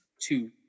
two